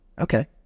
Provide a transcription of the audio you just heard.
Okay